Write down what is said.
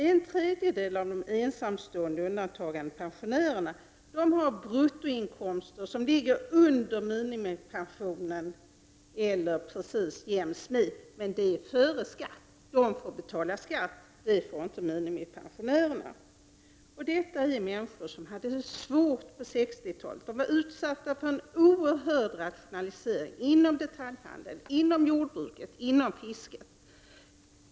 En tredjedel av de ensamstående undantagandepensionärerna har bruttoinkomster som ligger under minimipensionen eller precis jäms med. Men undantagandepensionärerna får betala skatt till skillnad från minimipensionärerna. Undantagandepensionärerna utgörs av människor som hade det svårt under 60-talet. De var utsatta för en oerhörd rationalisering inom detaljhandeln, jordbruket och fisket.